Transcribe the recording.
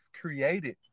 created